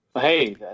Hey